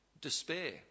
Despair